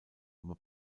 aber